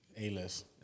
A-List